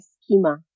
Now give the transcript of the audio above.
schema